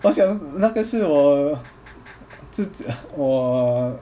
what's your 那个是我我